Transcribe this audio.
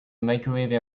microwave